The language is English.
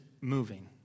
moving